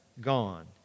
gone